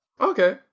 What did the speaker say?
Okay